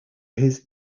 his